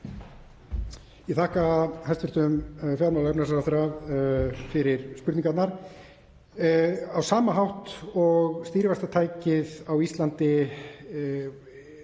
Ég þakka hæstv. fjármála- og efnahagsráðherra fyrir spurningarnar. Á sama hátt og stýrivaxtatækið á Íslandi